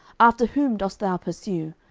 after whom dost thou pursue?